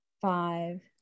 five